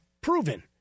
proven